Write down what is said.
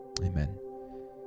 Amen